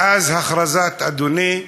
מאז הכרזת, אדוני,